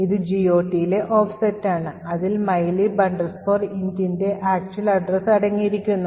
ഇത് GOTയിലെ ഓഫ്സെറ്റാണ് അതിൽ mylib intന്റെ actual address അടങ്ങിയിരിക്കുന്നു